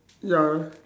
ya